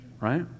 right